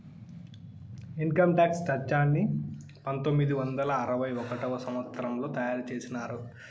income tax చట్టాన్ని పంతొమ్మిది వందల అరవై ఒకటవ సంవచ్చరంలో తయారు చేసినారు